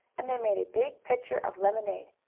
and they made a big pitcher of lemonade.